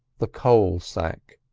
the coal sack.